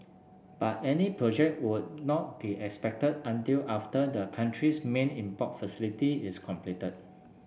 but any project would not be expected until after the country's main import facility is completed